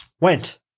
went